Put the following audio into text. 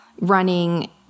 running